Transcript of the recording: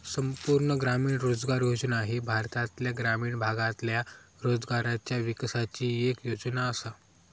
संपूर्ण ग्रामीण रोजगार योजना ही भारतातल्या ग्रामीण भागातल्या रोजगाराच्या विकासाची येक योजना आसा